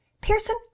Pearson